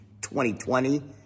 2020